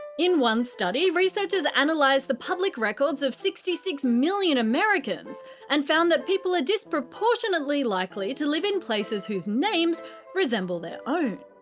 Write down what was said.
in one study, researchers and analysed the public records of sixty six million americans and found that people are disproportionately likely to live in places whose names resemble their own.